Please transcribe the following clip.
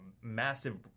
massive